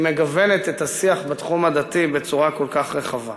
מגוונת את השיח בתחום הדתי בצורה כל כך רחבה.